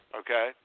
okay